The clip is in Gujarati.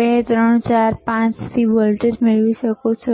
અને તમે 2 3 4 5 થી વોલ્ટેજ મેળવી શકો છો